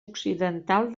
occidental